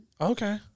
Okay